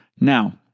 Now